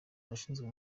abashinzwe